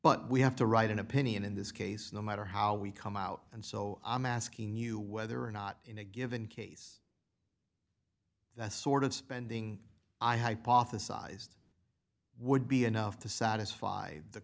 but we have to write an opinion in this case no matter how we come out and so i'm asking you whether or not in a given case that sort of spending i hypothesized would be enough to satisfy the